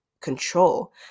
control